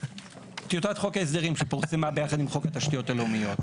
בטיוטת חוק ההסדרים שפורסמה ביחד עם חוק התשתיות הלאומיות.